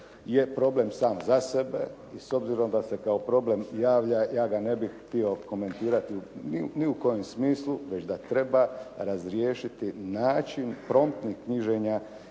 je problem sam za sebe i s obzirom da se kao problem javlja ja ga ne bih htio komentirati ni u kojem smislu već da treba razriješiti način promtnih knjiženja